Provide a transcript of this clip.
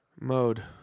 Mode